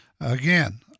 Again